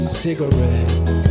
cigarette